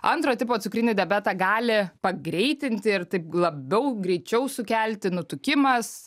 antro tipo cukrinį diabetą gali pagreitinti ir taip labiau greičiau sukelti nutukimas